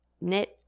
knit